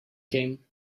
came